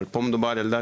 אבל פה מדובר על ילדה